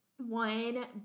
One